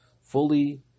fully